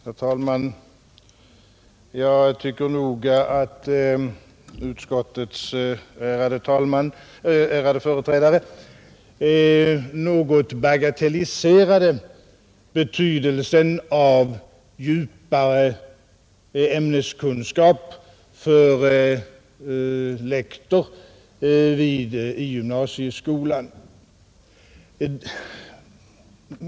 Herr talman! Jag 'tycker nog att utskottets ärade talesman något bagatelliserade betydelsen av djupare ämneskunskap för lektor i gymnasieskolan.